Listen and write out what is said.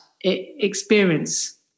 experience